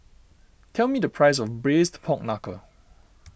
tell me the price of Braised Pork Knuckle